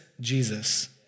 Jesus